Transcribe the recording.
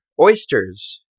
oysters